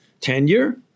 tenure